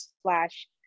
slash